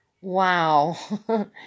wow